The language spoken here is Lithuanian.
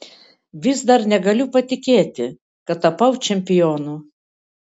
vis dar negaliu patikėti kad tapau čempionu